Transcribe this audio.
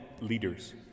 leaders